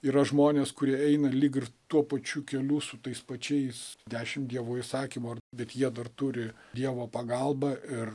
yra žmonės kurie eina lyg ir tuo pačiu keliu su tais pačiais dešimt dievo įsakymų ar bet jie dar turi dievo pagalbą ir